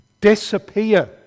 Disappear